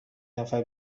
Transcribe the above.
نفر